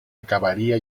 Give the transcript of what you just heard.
acabaría